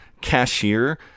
cashier